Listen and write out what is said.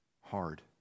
hard